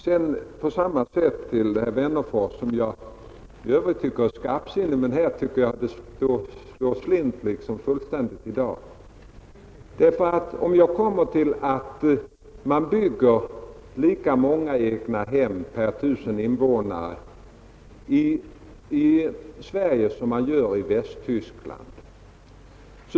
Jag tycker att herr Wennerfors i övrigt är skarpsinnig, men här slår det tydligen slint fullständigt i dag. Det är ofrånkomligt att man bygger lika många egnahem per 1 000 invånare i Sverige som man gör i Västtyskland.